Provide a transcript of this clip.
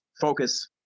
focus